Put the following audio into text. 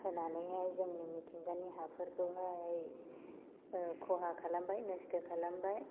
होनानैहाय जोंनि मिथिंगानि हाफोरखौहाय खहा खालामबाय नस्थ' खालामबाय